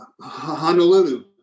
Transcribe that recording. Honolulu